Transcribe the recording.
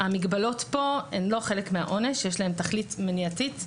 המגבלות כאן הן לא חלק מהעונש אלא יש להן תכלית מניעתית,